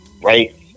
right